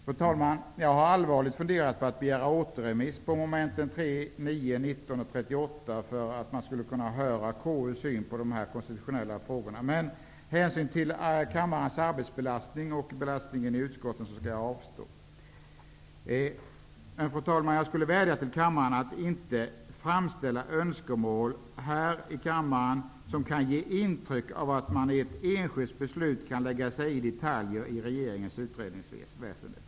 Fru talman! Jag har allvarligt funderat på att begära återremiss på mom. 3, 9, 19 och 38 för att vi skall kunna få konstitutionsutskottets syn på dessa konstitutionella frågor, men med hänsyn till kammarens arbetsbelastning och belastningen i utskotten skall jag avstå från detta. Jag vill dock vädja till kammarens ledamöter att inte här framställa önskemål som kan ge intryck av att man genom ett enskilt beslut kan lägga sig i detaljer i regeringens utredningsväsende.